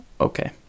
Okay